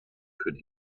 could